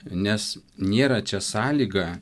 nes nėra čia sąlyga